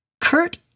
Kurt